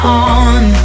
on